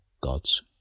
God's